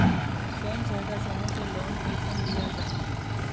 स्वयं सहायता समूह से लोन कुंसम लिया जाहा?